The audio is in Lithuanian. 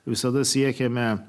visada siekiame